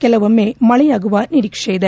ಕೆಲವೊಮ್ಮೆ ಮಳೆಯಾಗುವ ನಿರೀಕ್ಷೆ ಇದೆ